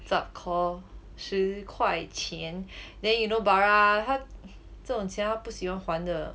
zhup khor 十块钱 then you know bara 这种钱他不喜欢还的